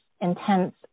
intense